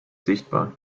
sichtbar